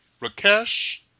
Rakesh